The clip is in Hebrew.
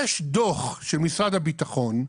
יש דוח של משרד הביטחון,